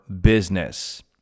business